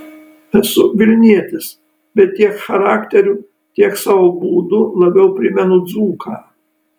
esu vilnietis bet tiek charakteriu tiek savo būdu labiau primenu dzūką